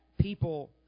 people